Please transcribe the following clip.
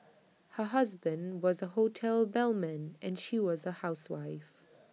her husband was A hotel bellman and she was A housewife